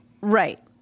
Right